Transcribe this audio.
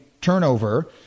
turnover